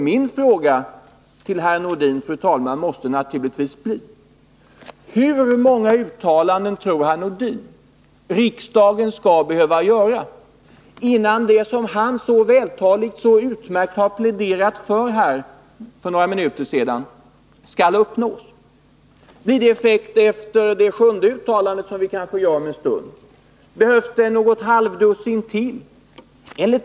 Min fråga till herr Nordin, fru talman, måste bli: Hur många uttalanden tror herr Nordin att riksdagen skall behöva göra innan det som herr Nordin så utomordentligt vältaligt pläderade för här för några minuter sedan kan uppnås? Blir det effekter efter det sjunde uttalandet, som riksdagen kanske gör om en stund? Behövs det något halvdussin till?